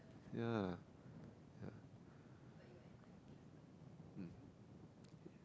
ya